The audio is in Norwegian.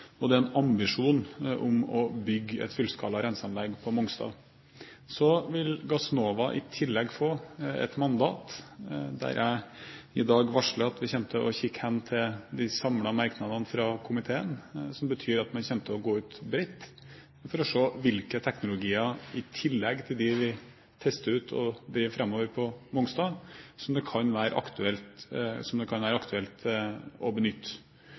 og det er en ambisjon om å bygge et fullskala renseanlegg på Mongstad. Så vil Gassnova i tillegg få et mandat. Jeg har i dag varslet at vi kommer til å se hen til de samlede merknadene fra komiteen, som betyr at man kommer til å gå ut bredt for å se hvilke teknologier, i tillegg til dem vi tester ut og driver framover på Mongstad, som det kan være aktuelt å benytte.